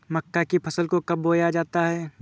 मक्का की फसल को कब बोया जाता है?